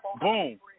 boom